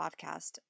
podcast